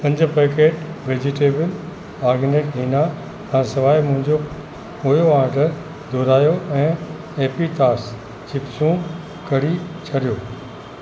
पंज packet vegetable organic हिना खां सवाइ मुंहिंजो पोयों ऑर्डर दुहिरायो ऐं एपीतास चिप्सूं करी छॾियो